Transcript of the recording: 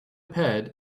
pad